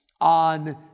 on